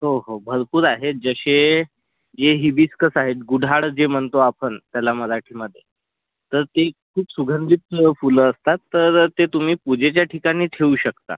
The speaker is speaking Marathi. हो हो भरपूर आहेत जसे हे हिबिस्कस आहे गुढाळ जे म्हणतो आपण त्याला मराठीमधे तर ते खूप सुगंधित प्ल फुलं असतात तर ते तुम्ही पूजेच्या ठिकाणी ठेवू शकता